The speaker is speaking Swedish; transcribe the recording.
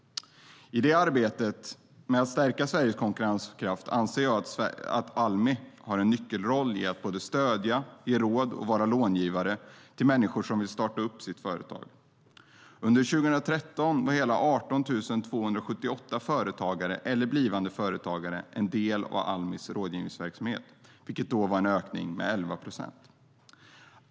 I arbetet med att stärka Sveriges konkurrenskraft anser jag att Almi har en nyckelroll i att både stödja, ge råd till och vara långivare för människor som vill starta sitt företag. Under 2013 var hela 18 278 företagare eller blivande företagare en del av Almis rådgivningsverksamhet, vilket då var en ökning med 11 procent.